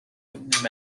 newton